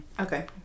Okay